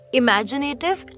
imaginative